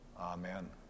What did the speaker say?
Amen